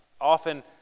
often